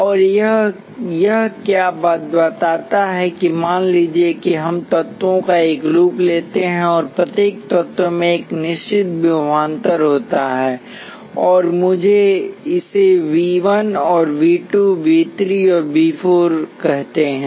और यह क्या बताता है कि मान लीजिए कि हम तत्वों का एक लूप लेते हैं और प्रत्येक तत्व में एक निश्चितविभवांतर होता है और मुझे इसे वी 1 वी 2 वी 3 और वी 4 कहते हैं